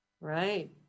Right